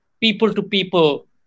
people-to-people